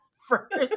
first